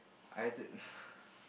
I had to